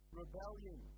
rebellion